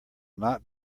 not